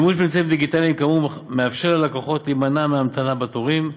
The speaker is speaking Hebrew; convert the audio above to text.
השימוש באמצעים הדיגיטליים כאמור מאפשר ללקוחות להימנע מהמתנה בתורים,